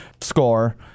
score